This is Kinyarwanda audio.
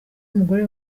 mugore